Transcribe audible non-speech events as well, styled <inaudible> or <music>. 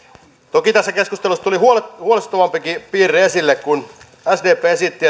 toki tässä keskustelussa tuli huolestuttavampikin piirre esille kun sdp esitti <unintelligible>